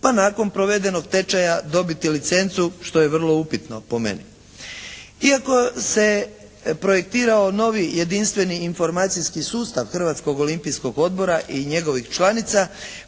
pa nakon provedenog tečaja dobiti licencu, što je vrlo upitno po meni. Iako se projektirao novi jedinstveni informacijski sustav Hrvatskog olimpijskog odbora i njegovih članica